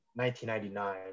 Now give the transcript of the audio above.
1999